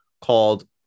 called